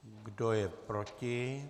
Kdo je proti?